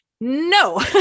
no